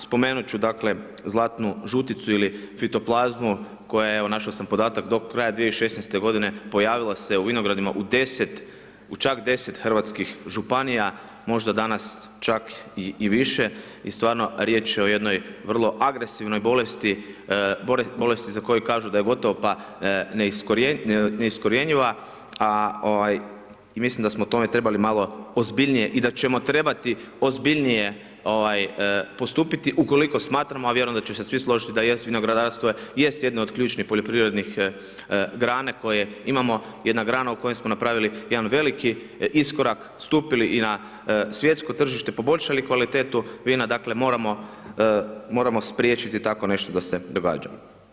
Spomenut ću, dakle, zlatnu žuticu ili fitoplazmu koja je, evo našao sam podatak, do kraja 2016.-te godine pojavila se u vinogradima u čak 10 hrvatskih županija, možda danas čak i više i stvarno, riječ je o jednoj vrlo agresivnoj bolesti, bolesti za koju kažu da je gotovo pa neiskorjenjiva i mislim da smo o tome trebali malo ozbiljnije i da ćemo trebati ozbiljnije postupiti ukoliko smatramo, a vjerujem da ćemo se svi složiti, da jest vinogradarstvo je jest jedno od ključnih poljoprivrednih grana koje imamo, jedna grana u kojoj smo napravili jedan veliki iskorak, stupili i na svjetsko tržište, poboljšali kvalitetu vina, dakle, moramo spriječiti takvo nešto da se događa.